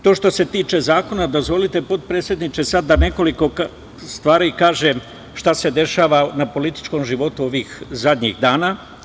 To je što se tiče zakona, a sada, potpredsedniče, dozvolite da nekoliko stvari kažem šta se dešava na političkom životu ovih zadnjih dana.